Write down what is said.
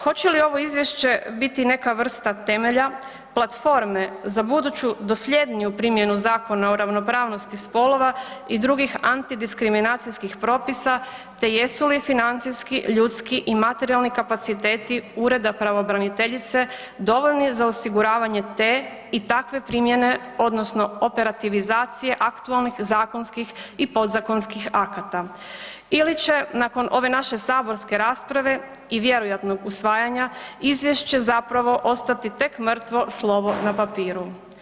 Hoće li ovo izvješće biti neka vrsta temelja platforme za buduću dosljedniju primjenu Zakona o ravnopravnosti spolova i drugih antidiskriminacijskih propisa, te jesu li financijski, ljudski i materijalni kapaciteti ureda pravobraniteljice dovoljni za osiguravanje te i takve primjene odnosno operativizacije aktualnih zakonskih i podzakonskih akata ili će nakon ove naše saborske rasprave i vjerojatnog usvajanja izvješće zapravo ostati tek mrtvo slovo na papiru?